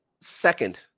second